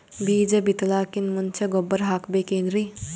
ಬೀಜ ಬಿತಲಾಕಿನ್ ಮುಂಚ ಗೊಬ್ಬರ ಹಾಕಬೇಕ್ ಏನ್ರೀ?